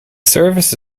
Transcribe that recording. service